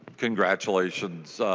congratulations